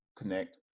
connect